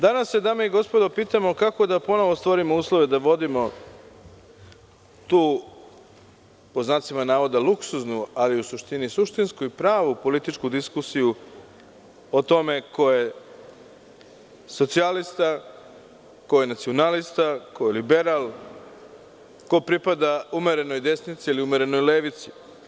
Danas se, dame i gospodo, pitamo kako da ponovo stvorimo uslove da vodimo tu, pod znacima navoda, luksuznu, ali u suštini, suštinsku i pravu političku diskusiju o tome ko je socijalista, ko je nacionalista, ko je liberal, ko pripada umerenoj desnici ili umerenoj levici.